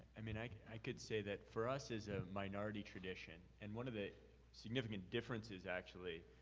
i mean, i i could say that for us as a minority tradition, and one of the significant differences, actually,